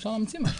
אפשר להמציא משהו.